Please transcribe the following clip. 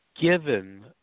given